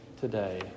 today